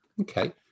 Okay